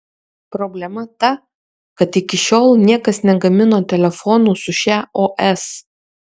problema ta kad iki šiol niekas negamino telefonų su šia os